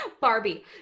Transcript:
Barbie